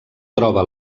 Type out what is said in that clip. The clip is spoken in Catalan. troba